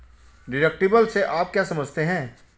Deductible से आप क्या समझते हैं?